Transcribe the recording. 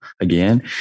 again